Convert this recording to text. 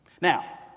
Now